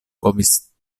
povis